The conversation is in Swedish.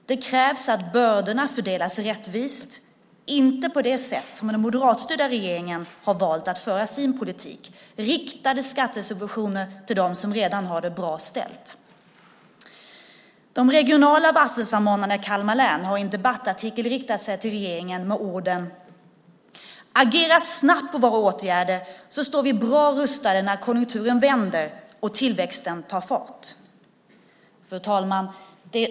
Det krävs att bördorna fördelas rättvist, inte på det sätt som den moderatstyrda regeringen har valt att föra sin politik: riktade skattesubventioner till dem som redan har det bra ställt. De regionala varselsamordnarna i Kalmar län har i en debattartikel riktat sig till regeringen med orden: "Agera snabbt på våra åtgärder så står vi bra rustade när konjunkturen vänder och tillväxten tar fart." Fru talman!